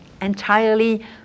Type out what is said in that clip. entirely